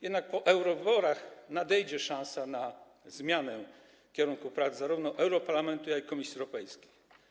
Jednak po eurowyborach nadejdzie szansa na zmianę kierunku prac, zarówno europarlamentu jak i Komisji Europejskiej.